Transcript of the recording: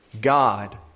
God